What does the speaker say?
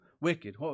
wicked